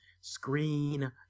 screen